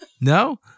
no